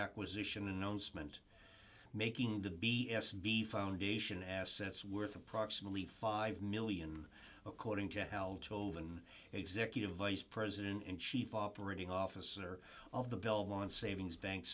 acquisition announcement making the b s b foundation assets worth approximately five million according to hell tovan executive vice president and chief operating officer of the belmont savings bank